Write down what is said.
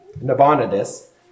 Nabonidus